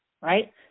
right